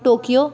Tokyo